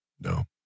no